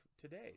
today